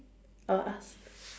I will ask